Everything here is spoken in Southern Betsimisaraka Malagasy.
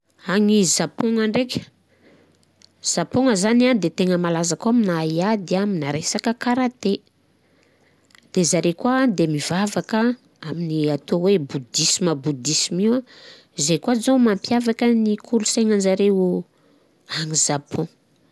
Agny Zapôgna ndraika, Zapôgna zany an de tegna malaza amina haiady a, amina resaka Karaté, de zare koà de mivavaka amin'ny atao hoe Bouddhisme, Bouddhisme io a, zay koà zao mampiavaka ny kolosaignanzareo agny Zapon.